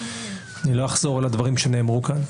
אני לא אחזור על הדברים שנאמרו כאן,